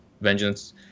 Vengeance